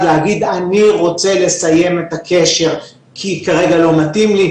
להגיד שהוא או היא רוצים לסיים את הקשר כי כרגע לא מתאים להם.